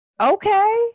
Okay